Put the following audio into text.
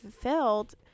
fulfilled